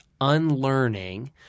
unlearning